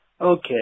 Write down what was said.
Okay